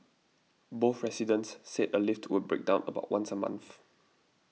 both residents said a lift would break down about once a month